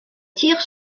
tire